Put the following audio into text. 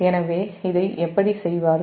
எனவேஇதை எப்படி செய்வார்கள்